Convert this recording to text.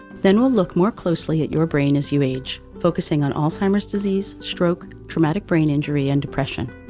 then we'll look more closely at your brain as you age focusing on alzheimer's disease, stroke, traumatic brain injury and depression.